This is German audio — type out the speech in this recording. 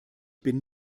bin